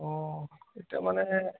অ' এতিয়া মানে